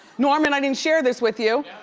norman, i didn't share this with you.